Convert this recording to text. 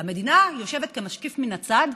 והמדינה יושבת כמשקיף מן הצד,